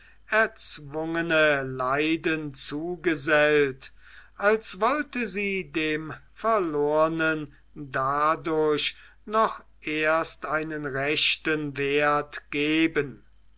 erzwungene leiden zugesellt als wollte sie dem verlornen dadurch noch erst einen rechten wert geben